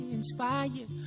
inspired